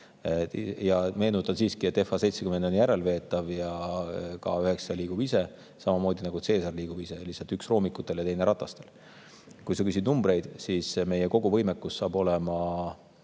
Aga meenutan siiski, et FH‑70 on järelveetav ja K9 liigub ise, samamoodi nagu Caesar liigub ise, lihtsalt üks roomikutel ja teine ratastel. Kui sa küsid numbreid, siis meie koguvõimekus saab olema